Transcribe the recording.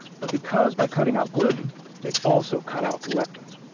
but because by cutting out gluten they also cut out lectins.